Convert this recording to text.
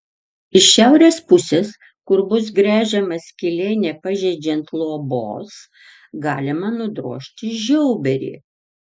iš šiaurės pusės kur bus gręžiama skylė nepažeidžiant luobos galima nudrožti žiauberį